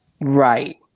Right